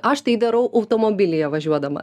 aš tai darau automobilyje važiuodama